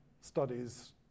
studies